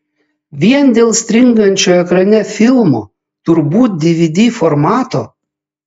vien dėl stringančio ekrane filmo turbūt dvd formato